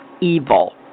evil